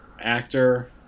actor